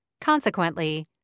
Consequently